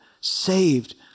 saved